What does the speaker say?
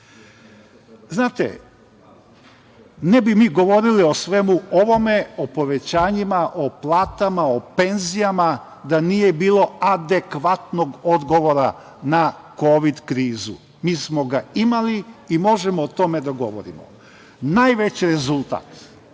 znaju. Znate, ne bi mi govorili o svemu ovome, o povećanjima, o platama, o penzijama da nije bilo adekvatnog odgovora na Kovid krizu. Mi smo ga imali i možemo o tome da govorimo. Najveći rezultat